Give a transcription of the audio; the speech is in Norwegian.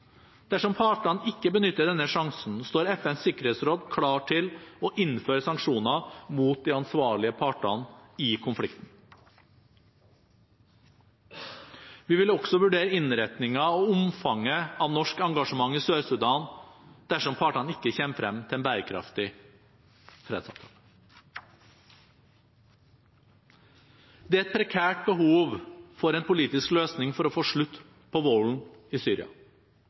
Dersom partene ikke benytter denne sjansen, står FNs sikkerhetsråd klar til å innføre sanksjoner mot de ansvarlige partene i konflikten. Vi vil også vurdere innretningen og omfanget av norsk engasjement i Sør-Sudan dersom partene ikke kommer frem til en bærekraftig fredsavtale. Det er et prekært behov for en politisk løsning for å få slutt på volden i Syria.